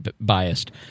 biased